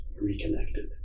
reconnected